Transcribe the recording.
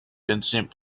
vincent